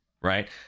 right